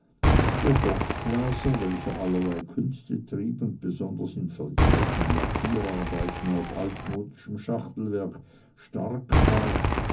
der dorfglaser welcher allerlei künste trieb und besonders in verjährten lackierarbeiten auf altmodischem schachtelwerk stark war